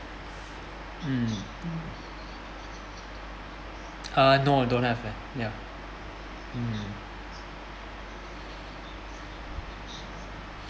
mm uh no don't have lah ya mm